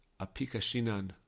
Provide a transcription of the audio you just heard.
Apikashinan